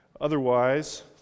otherwise